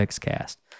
Cast